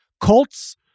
Colts